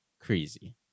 crazy